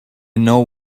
know